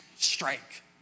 Strike